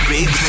Big